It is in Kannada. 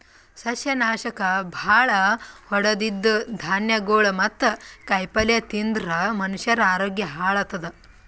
ಸಸ್ಯನಾಶಕ್ ಭಾಳ್ ಹೊಡದಿದ್ದ್ ಧಾನ್ಯಗೊಳ್ ಮತ್ತ್ ಕಾಯಿಪಲ್ಯ ತಿಂದ್ರ್ ಮನಷ್ಯರ ಆರೋಗ್ಯ ಹಾಳತದ್